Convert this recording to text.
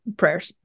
prayers